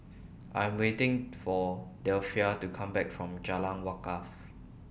I Am waiting For Delphia to Come Back from Jalan Wakaff